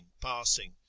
passing